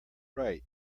right